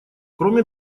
кроме